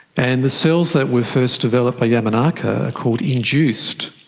and the cells that were first developed by yamanaka are called induced.